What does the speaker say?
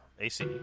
AC